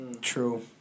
True